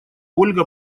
ольга